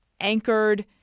anchored